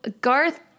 Garth